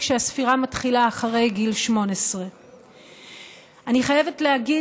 והספירה מתחילה אחרי גיל 18. אני חייבת להגיד